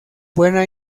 buena